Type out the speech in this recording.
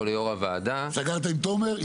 סגרת עם תומר?